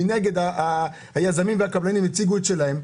אבל מנגד היזמים והקבלנים הציגו את המודל שלהם.